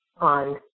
on